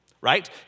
Right